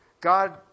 God